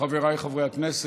חבריי חברי הכנסת,